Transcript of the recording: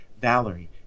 valerie